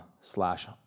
slash